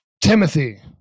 Timothy